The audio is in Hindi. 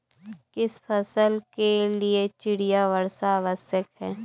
किस फसल के लिए चिड़िया वर्षा आवश्यक है?